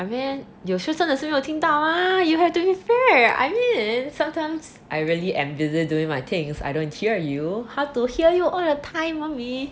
I mean 有时候真的是没有听到 mah you have to be fair I mean sometimes I really am busy doing my things I don't hear you how to hear you all the time mummy